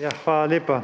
Hvala lepa.